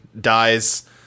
dies